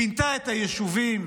פינתה את הישובים.